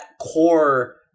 core